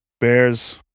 Bears